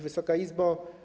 Wysoka Izbo!